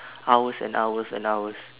hours and hours and hours